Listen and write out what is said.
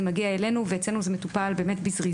זה מגיע אלינו, ואצלנו זה מטופל בזריזות.